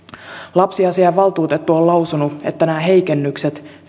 lapsiasiavaltuutettu on lausunut että nämä heikennykset